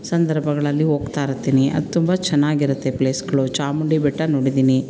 ಸಂದರ್ಭಗಳಲ್ಲಿ ಹೋಗ್ತಾಯಿರ್ತೀನಿ ಅದು ತುಂಬ ಚೆನ್ನಾಗಿರುತ್ತೆ ಪ್ಲೇಸ್ಗಳು ಚಾಮುಂಡಿ ಬೆಟ್ಟ ನೋಡಿದ್ದೀನಿ